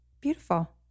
Beautiful